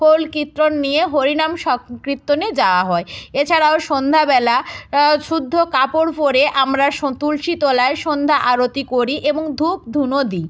খোল কীর্তন নিয়ে হরিনাম সংকীর্তনে যাওয়া হয় এছাড়াও সন্ধ্যাবেলা শুদ্ধ কাপড় পরে আমরা সো তুলসী তলায় সন্ধ্যা আরতি করি এবং ধুপ ধুনো দিই